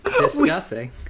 discussing